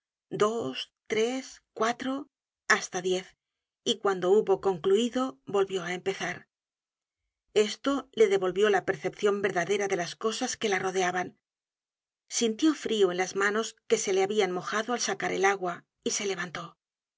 dos tres cuatro hasta diez y cuando hubo concluido volvió á empezar esto le devolvió la percepcion verdadera de las cosas que la rodeaban sintió frio en las manos que se le habían mojado al sacar el agua y se levantó